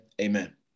Amen